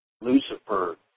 Lucifer